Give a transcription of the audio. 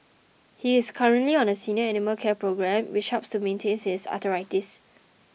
he is currently on a senior animal care programme which helps to manage his arthritis